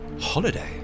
Holiday